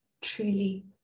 truly